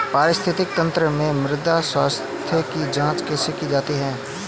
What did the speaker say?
पारिस्थितिकी तंत्र में मृदा स्वास्थ्य की जांच कैसे की जाती है?